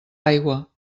aigua